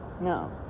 No